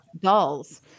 dolls